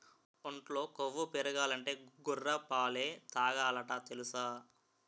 ఒంట్లో కొవ్వు పెరగాలంటే గొర్రె పాలే తాగాలట తెలుసా?